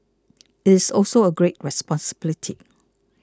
it's also a great responsibility